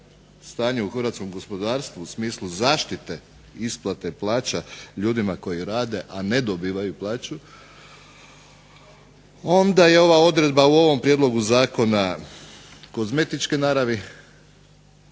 stanje u hrvatskom gospodarstvu u smislu zaštite isplate plaća ljudima koji rade, a ne dobivaju plaću, onda je ova odredba u ovom prijedlogu zakona kozmetičke naravi